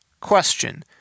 Question